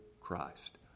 Christ